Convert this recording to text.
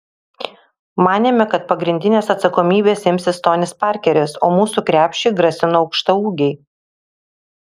manėme kad pagrindinės atsakomybės imsis tonis parkeris o mūsų krepšiui grasino aukštaūgiai